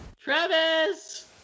Travis